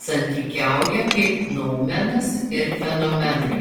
santykiauja kaip noumenas ir fenomenai